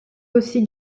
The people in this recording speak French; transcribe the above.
aussi